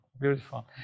beautiful